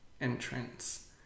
entrance